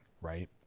right